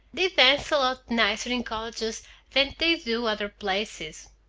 they dance a lot nicer in colleges than they do other places.